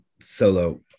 solo